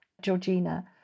Georgina